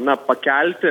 na pakelti